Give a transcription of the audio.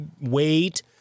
wait